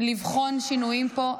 לבחון שינויים פה.